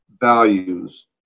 values